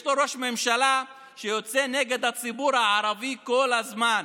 יש לו ראש ממשלה שיוצא נגד הציבור הערבי כל הזמן,